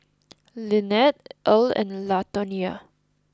Linette Earl and Latonya